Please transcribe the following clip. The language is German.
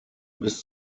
bis